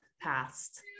past